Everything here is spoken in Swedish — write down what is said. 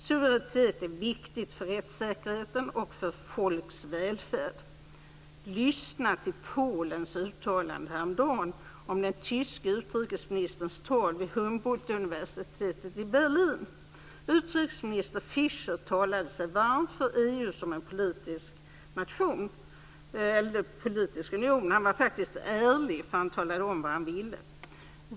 Suveränitet är viktigt för rättssäkerheten och för folks välfärd. Lyssna till Polens uttalande häromdagen om den tyske utrikesministerns tal vid Humboldtuniversitetet i Berlin. Utrikesminister Fischer talade varmt för EU som politisk union. Han var faktiskt ärlig, för han talade om vad han ville.